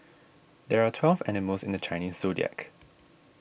there are twelve animals in the Chinese zodiac